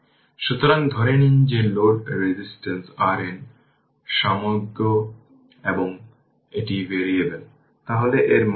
সুতরাং এই DC তে সামান্য কিছু মৌলিক কিছু থাকার জন্য এটি একটি সহজ প্রব্লেম